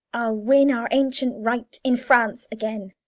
i'll win our ancient right in france again,